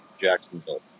Jacksonville